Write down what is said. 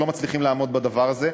לא מצליחים לעמוד בדבר הזה.